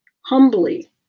humbly